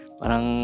parang